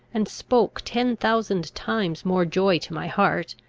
and spoke ten thousand times more joy to my heart,